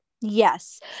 Yes